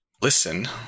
Listen